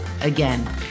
again